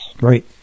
Right